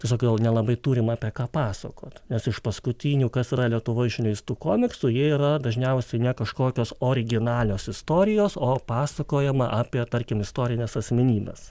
tiesiog gal nelabai turim apie ką pasakot nes iš paskutinių kas yra lietuvoj išleistų komiksų jie yra dažniausiai ne kažkokios originalios istorijos o pasakojama apie tarkim istorines asmenybes